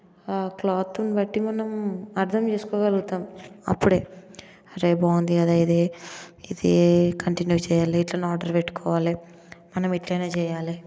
క్లాత్ని బట్టి మనం అర్థం చేసుకో గలుగుతాం అప్పుడే అరే బాగుంది అరే ఇది ఇదే కంటిన్యూ చేయాలి ఇట్లనే ఆర్డర్ పెట్టుకోవాలి మనం ఇట్లనే చేయాలి